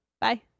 bye